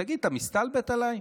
תגיד, אתה מסתלבט עליי?